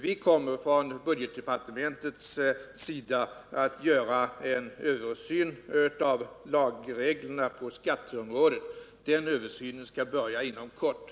Vi kommer inom budgetdeparte mentet att göra en översyn av lagreglerna på området. Den översynen skall Nr 93 påbörjas inom kort.